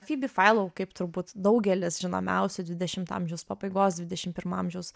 fibi failau kaip turbūt daugelis žinomiausių dvidešimto amžiaus pabaigos dvidešimt pirmo amžiaus